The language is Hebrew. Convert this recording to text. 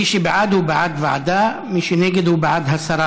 מי שבעד הוא בעד ועדה, מי שנגד הוא בעד הסרה